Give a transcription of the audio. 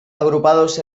agrupados